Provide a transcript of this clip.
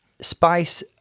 Spice